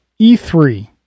E3